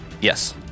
Yes